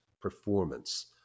performance